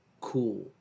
cool